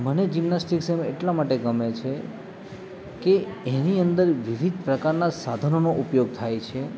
મને જિમ્નાસ્ટીકસ એમાં એટલા માટે ગમે છે કે એની અંદર વિવિધ પ્રકારના સાધનોનો ઉપયોગ થાય છે